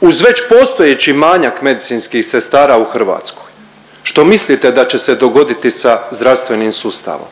Uz već postojeći manjak medicinskih sestara u Hrvatskoj što mislite da će se dogoditi sa zdravstvenim sustavom?